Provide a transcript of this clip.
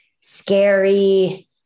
scary